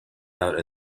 out